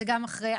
זה גם אחרי.